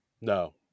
no